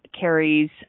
carries